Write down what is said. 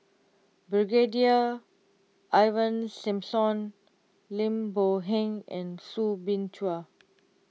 Brigadier Ivan Simson Lim Boon Heng and Soo Bin Chua